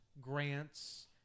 grants